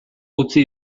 utzi